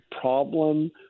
problem